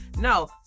no